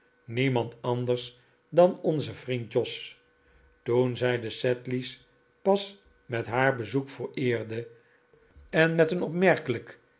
niemand anders dan onze vriend jos toen zij de sedley's pas met haar bezoek vereerde en met een opmerkelijk